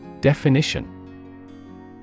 Definition